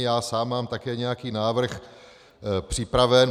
Já sám mám také nějaký návrh připraven.